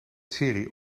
serie